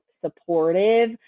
supportive